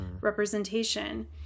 representation